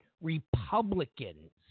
Republicans